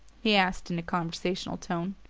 he asked in a conversational tone.